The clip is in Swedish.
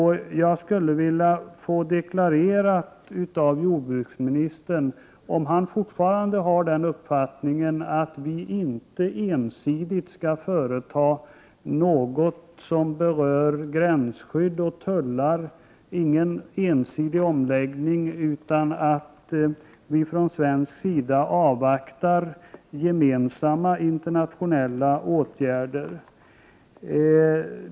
Jag skulle vilja att jordbruksministern deklarerade om han fortfarande är av uppfattningen att vi inte ensidigt skall företa något som berör gränsskydd och tullar. Omläggningen skall inte vara ensidig, och vi från svensk sida avvaktar gemensamma internationella åtgärder.